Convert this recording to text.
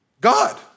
God